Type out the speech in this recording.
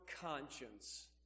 conscience